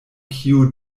kio